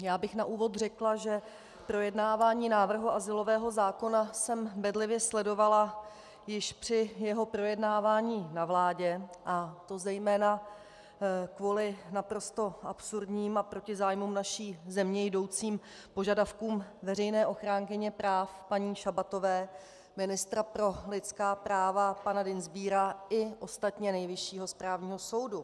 Já bych na úvod řekla, že projednávání návrhu azylového zákona jsem bedlivě sledovala již při jeho projednávání na vládě, a to zejména kvůli naprosto absurdním a proti zájmům naší země jdoucím požadavkům veřejné ochránkyně práv paní Šabatové, ministra pro lidská práva pana Dienstbiera i ostatně Nejvyššího správního soudu.